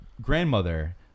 grandmother